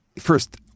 First